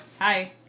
Hi